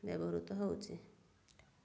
ବ୍ୟବହୃତ ହେଉଛି